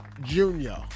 Junior